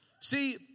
See